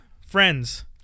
friends